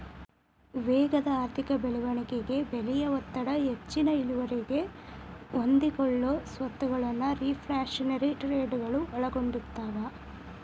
ವೇಗದ ಆರ್ಥಿಕ ಬೆಳವಣಿಗೆ ಬೆಲೆಯ ಒತ್ತಡ ಹೆಚ್ಚಿನ ಇಳುವರಿಗೆ ಒಡ್ಡಿಕೊಳ್ಳೊ ಸ್ವತ್ತಗಳು ರಿಫ್ಲ್ಯಾಶನರಿ ಟ್ರೇಡಗಳು ಒಳಗೊಂಡಿರ್ತವ